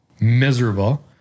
miserable